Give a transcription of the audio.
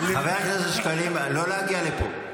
חבר הכנסת שקלים, לא להגיע לפה.